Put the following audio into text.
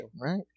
right